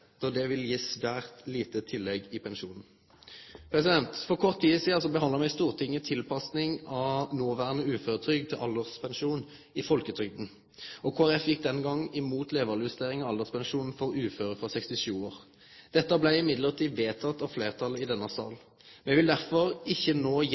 då det vil gi svært lite tillegg i pensjonen. For kort tid sidan behandla Stortinget tilpassing av noverande uføretrygd til alderspensjon i folketrygda. Kristeleg Folkeparti gjekk den gongen imot levealdersjustering av alderspensjonen for uføre frå 67 år. Dette blei likevel vedteke av fleirtalet i denne